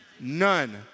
None